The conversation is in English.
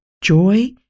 joy